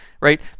right